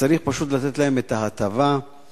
צריך פשוט לתת להם את ההטבה הישירה,